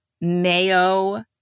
mayo